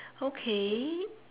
okay